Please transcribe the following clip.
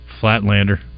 Flatlander